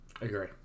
agree